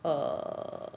err